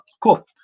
Cool